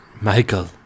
Michael